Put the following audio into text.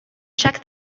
check